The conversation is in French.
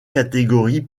catégorie